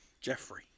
Jeffrey